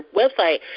website